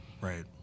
Right